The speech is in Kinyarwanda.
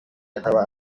akaba